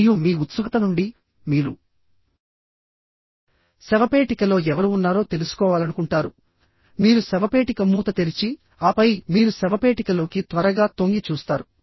మరియు మీ ఉత్సుకత నుండి మీరు శవపేటికలో ఎవరు ఉన్నారో తెలుసుకోవాలనుకుంటారు మీరు శవపేటిక మూత తెరిచి ఆపై మీరు శవపేటికలోకి త్వరగా తొంగి చూస్తారు